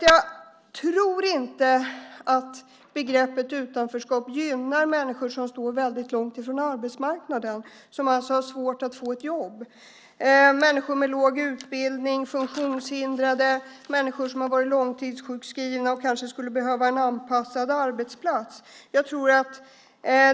Jag tror inte att begreppet utanförskap gynnar människor som står väldigt långt från arbetsmarknaden, som alltså har svårt att få ett jobb - människor med låg utbildning, funktionshindrade, människor som har varit långtidssjukskrivna och kanske skulle behöva en anpassad arbetsplats.